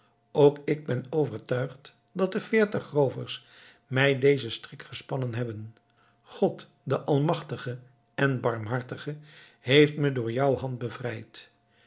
ook ik ben overtuigd dat de veertig roovers mij dezen strik gespannen hebben god de almachtige en albarmhartige heeft me door jou hand bevrijd